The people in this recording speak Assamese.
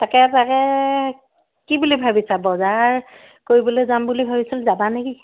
তাকে তাকে কি বুলি ভাবিছা বজাৰ কৰিবলে যাম বুলি ভাবিছিলোঁ যাবা নেকি